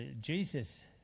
Jesus